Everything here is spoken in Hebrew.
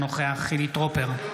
אינו נוכח חילי טרופר,